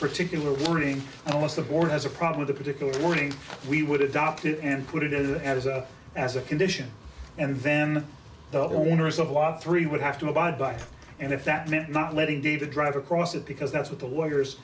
particular warning unless the board has a problem with a particular morning we would adopt it and put it as a as a as a condition and then the owners of law three would have to abide by and if that meant not letting david drive across it because that's what the lawyers